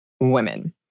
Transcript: women